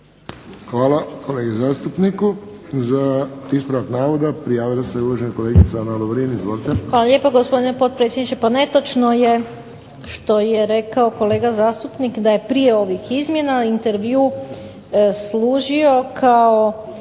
Hvala kolegi zastupniku. Za ispravak navoda prijavila se uvažena kolegica Ana Lovrin. Izvolite. **Lovrin, Ana (HDZ)** Hvala lijepa gospodine potpredsjedniče. Pa netočno je što je rekao kolega zastupnik da je prije ovih izmjena intervju služio kao